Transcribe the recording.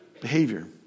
behavior